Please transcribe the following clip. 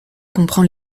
comprend